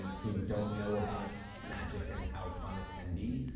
um who don't know about magic and how fun it can be,